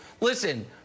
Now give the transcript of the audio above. listen